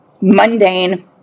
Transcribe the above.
mundane